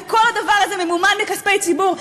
וכל הדבר הזה ממומן מכספי ציבור.